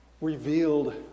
revealed